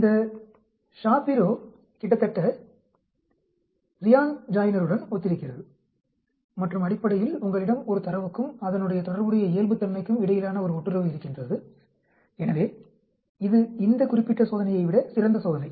இந்த Shapiro Wilk கிட்டத்தட்ட Ryan ஜாய்னருடன் ஒத்திருக்கிறது மற்றும் அடிப்படையில் உங்களிடம் ஒரு தரவுக்கும் அதனுடன் தொடர்புடைய இயல்புத்தன்மைக்கும் இடையிலான ஒரு ஒட்டுறவு இருக்கின்றது எனவே இது இந்த குறிப்பிட்ட சோதனையை விட சிறந்த சோதனை